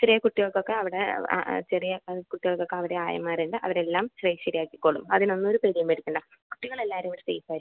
ചെറിയ കുട്ടികൾക്കൊക്കെ അവിടെ ആ ആ ചെറിയ അത് കുട്ടികൾക്കൊക്കെ അവിടെ ആയമാർ ഉണ്ട് അവരെല്ലാം ശരിയാക്കിക്കോളും അതിന് ഒന്നും ഒരു പേടിയും പേടിക്കണ്ട കുട്ടികൾ എല്ലാവരും ഇവിടെ സേഫ് ആയിരിക്കും